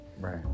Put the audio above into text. Right